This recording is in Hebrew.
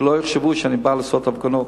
שלא יחשבו שאני בא לעשות הפגנות.